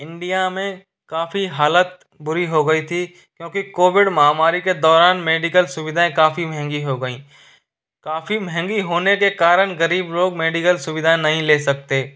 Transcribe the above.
India में काफ़ी हालत बुरी हो गई थी क्योंकि कोविड महामारी के दौरान मेडिकल सुविधाएं काफ़ी महंगी हो गई काफ़ी महंगी होने के कारण गरीब लोग मेडिकल सुविधा नहीं ले सकते